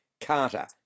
Carter